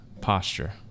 posture